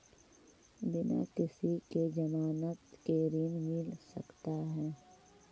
बिना किसी के ज़मानत के ऋण मिल सकता है?